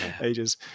ages